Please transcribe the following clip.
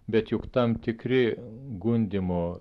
bet juk tam tikri gundymo